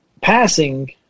passing